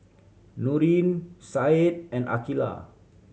Nurin Said and Aqilah